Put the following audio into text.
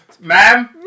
ma'am